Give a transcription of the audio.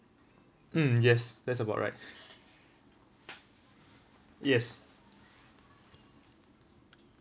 mm yes that's about right yes